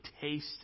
taste